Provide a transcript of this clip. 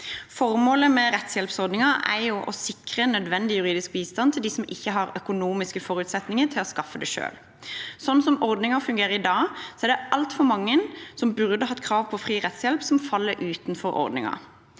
Formålet med rettshjelpsordningen er å sikre nødvendig juridisk bistand til dem som ikke har økonomiske forutsetninger til å skaffe det selv. Slik ordningen fungerer i dag, er det altfor mange som burde hatt krav på fri rettshjelp, som faller utenfor ordningen.